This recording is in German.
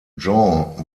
jean